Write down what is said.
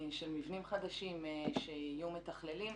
של מבנים חדשים שיהיו מתכללים,